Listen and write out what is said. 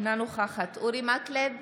אינה נוכחת אורי מקלב,